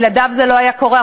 בלעדיו זה לא היה קורה.